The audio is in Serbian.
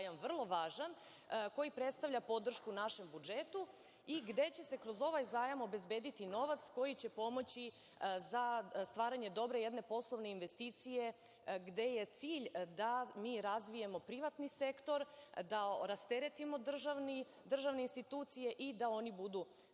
vrlo važan, koji predstavlja podršku našem budžetu i gde će se kroz ovaj zajam obezbediti novac koji će pomoći za stvaranje dobra jedne poslovne investicije gde je cilj da mi razvijemo privatni sektor, da rasteretimo državne institucije i da oni budu